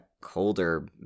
colder